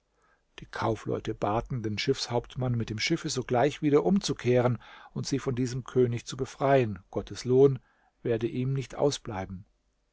die kaufleute baten den schiffshauptmann mit dem schiffe sogleich wieder umzukehren und sie von diesem könig zu befreien gottes lohn werde ihm nicht ausbleiben